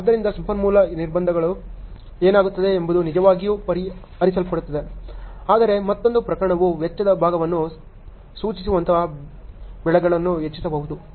ಆದ್ದರಿಂದ ಸಂಪನ್ಮೂಲ ನಿರ್ಬಂಧಗಳು ಏನಾಗುತ್ತದೆ ಎಂಬುದು ನಿಜವಾಗಿಯೂ ಪರಿಹರಿಸಲ್ಪಡುತ್ತದೆ ಆದರೆ ಮತ್ತೊಂದು ಪ್ರಕರಣವು ವೆಚ್ಚದ ಭಾಗವನ್ನು ಸೂಚಿಸುವಂತಹ ಬೆಳೆಗಳನ್ನು ಹೆಚ್ಚಿಸಬಹುದು